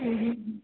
হুম হুম হুম